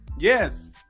Yes